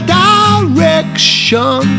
direction